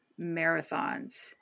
marathons